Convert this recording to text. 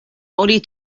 only